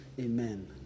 Amen